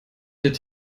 did